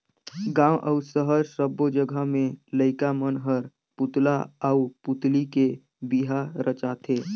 गांव अउ सहर सब्बो जघा में लईका मन हर पुतला आउ पुतली के बिहा रचाथे